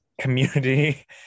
community